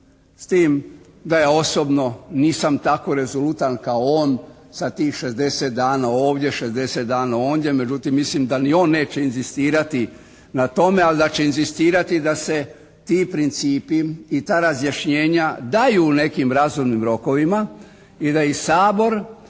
s tim da ja osobno nisam tako rezolutan kao on sa tih 60 dana ovdje, 60 dana ondje, međutim mislim da ni on neće inzistirati na tome, ali da će inzistirati da se ti principi i ta razjašnjenja daju u nekim razumnim rokovima i da i Sabor